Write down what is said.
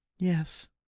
Yes